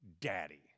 daddy